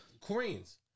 Koreans